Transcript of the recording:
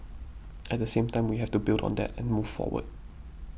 at the same time we have to build on that and move forward